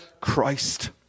Christ